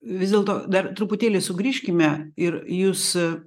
vis dėlto dar truputėlį sugrįžkime ir jūs